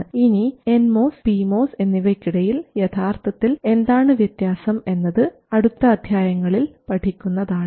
ഇനി N MOS P MOS എന്നിവയ്ക്കിടയിൽ യഥാർത്ഥത്തിൽ എന്താണ് വ്യത്യാസം എന്ന് അടുത്ത അധ്യായങ്ങളിൽ പഠിക്കുന്നതാണ്